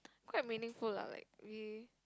quite meaningful lah like we